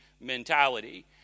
mentality